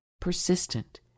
persistent